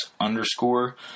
underscore